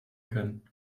können